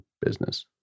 business